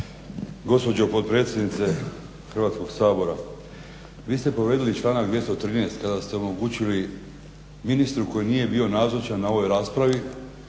Gospođo potpredsjednice Hrvatskog sabora. Vi ste povrijedili članak 213.kada ste omogućili ministru koji nije bio nazočan na ovoj raspravi